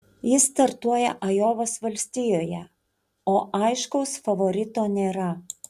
jis startuoja ajovos valstijoje o aiškaus favorito nėra